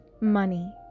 money